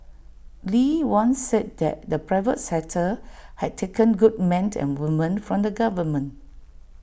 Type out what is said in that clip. lee once said that the private sector had taken good men and women from the government